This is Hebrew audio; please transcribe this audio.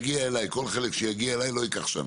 שכל חלק שיגיע אליי לא ייקח שנה.